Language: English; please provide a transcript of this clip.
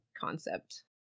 concept